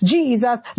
Jesus